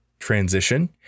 Transition